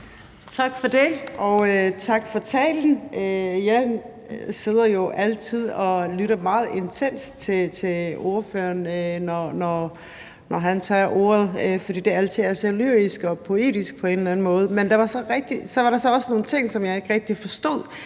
Tak for det, og tak for talen. Jeg sidder jo altid og lytter meget intenst til ordføreren, når han tager ordet, fordi det altid er så lyrisk og poetisk på en eller anden måde. Men der var så også nogle ting, som jeg ikke rigtig forstod,